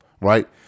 right